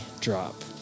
drop